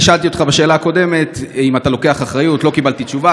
אני שאלתי אותך בשאלה הקודמת אם אתה לוקח אחריות ולא קיבלתי תשובה,